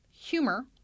humor